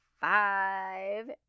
five